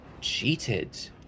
cheated